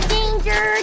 Danger